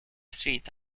street